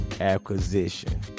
acquisition